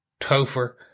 Topher